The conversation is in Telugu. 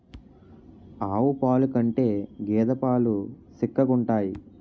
ఆవు పాలు కంటే గేద పాలు సిక్కగుంతాయి